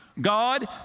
God